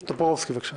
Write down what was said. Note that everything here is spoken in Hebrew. בועז טופורובסקי, בבקשה.